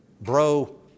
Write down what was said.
bro